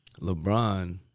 LeBron